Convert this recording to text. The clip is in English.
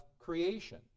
Creation